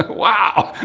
ah but wow!